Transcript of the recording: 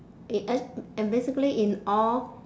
it ad~ and basically in all